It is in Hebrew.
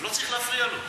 ולא צריך להפריע לו.